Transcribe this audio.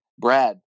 Brad